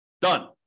Done